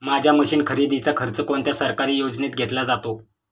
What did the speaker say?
माझ्या मशीन खरेदीचा खर्च कोणत्या सरकारी योजनेत घेतला जातो?